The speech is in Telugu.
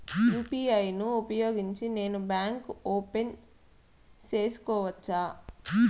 యు.పి.ఐ ను ఉపయోగించి నేను బ్యాంకు ఓపెన్ సేసుకోవచ్చా?